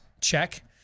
Check